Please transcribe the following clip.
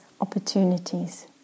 opportunities